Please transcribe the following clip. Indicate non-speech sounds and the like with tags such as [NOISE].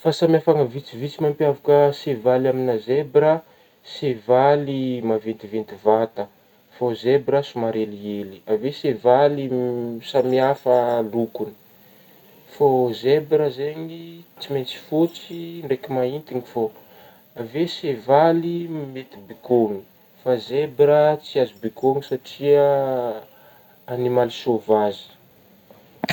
Fahasamihafana vitsivitsy mampiavaka sevaly amin'gna zebra, sevaly maventiventy vata fô zebra somary elihely avy eo sevaly [HESITATION] samy hafa lokogny fô zebra zegny tsy maintsy fôtsy ndraikigny maiintigny fô avy eo sevaly mety bekôigna fa zebra tsy azo bekôigna satria [HESITATION] animaly sôvazy.